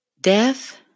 death